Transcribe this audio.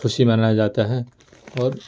خوشی منایا جاتا ہے اور